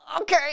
Okay